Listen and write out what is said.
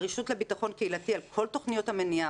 הרשות לביטחון קהילתי על כל תכניות המניעה,